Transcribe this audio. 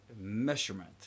measurement